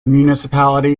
municipality